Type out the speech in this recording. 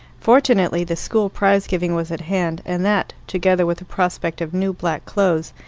fortunately the school prize-giving was at hand, and that, together with the prospect of new black clothes,